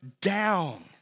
down